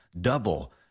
Double